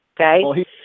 Okay